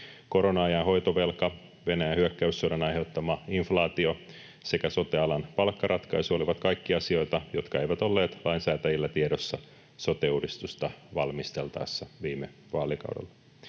Korona-ajan hoitovelka, Venäjän hyökkäyssodan aiheuttama inflaatio sekä sote-alan palkkaratkaisu olivat kaikki asioita, jotka eivät olleet lainsäätäjillä tiedossa sote-uudistusta valmisteltaessa viime vaalikaudella.